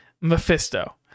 Mephisto